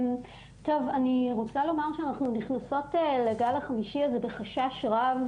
אני רוצה לומר שאנחנו נכנסות לגל החמישי הזה בחשש רב,